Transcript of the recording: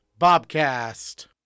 Bobcast